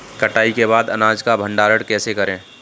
कटाई के बाद अनाज का भंडारण कैसे करें?